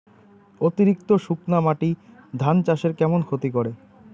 অতিরিক্ত শুকনা মাটি ধান চাষের কেমন ক্ষতি করে?